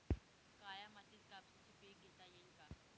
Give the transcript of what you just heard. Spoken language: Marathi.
काळ्या मातीत कापसाचे पीक घेता येईल का?